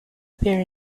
appear